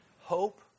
hope